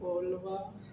पोल्वा